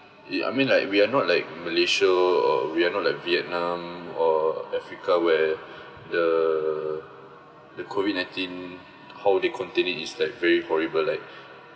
ya I mean like we're not like malaysia or we're not like vietnam or africa where the the COVID nineteen how they contained it is like very horrible like